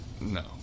No